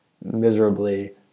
miserably